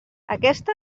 aquesta